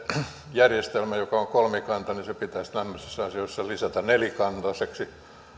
järjestelmä joka on kolmikanta pitäisi tämmöisissä asioissa lisätä nelikantaiseksi